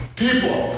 people